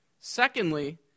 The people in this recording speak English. Secondly